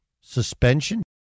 suspension